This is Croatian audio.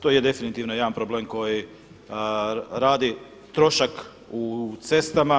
To je definitivno jedan problem koji radi trošak u cestama.